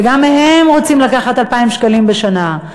וגם מהן רוצים לקחת 2,000 שקלים בשנה.